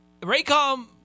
Raycom